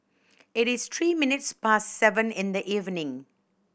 it is three minutes past seven in the evening